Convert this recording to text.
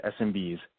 SMBs